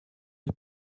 les